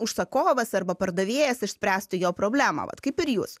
užsakovas arba pardavėjas išspręstų jo problemą vat kaip ir jūs